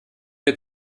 wir